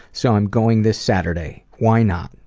so i'm going this saturday. why not,